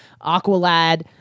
Aqualad